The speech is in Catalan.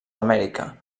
amèrica